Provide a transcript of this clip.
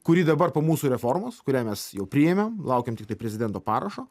kuri dabar po mūsų reformos kurią mes jau priėmėm laukiam tiktai prezidento parašo